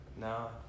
No